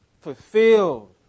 fulfilled